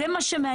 זה מה שמעניין.